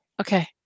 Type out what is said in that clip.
okay